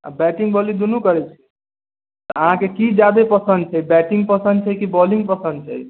batting bowling दुनू करै अहाँके की जादे पसन्द छै बैटिंग पसन्द छै की बॉलिंग पसन्द छै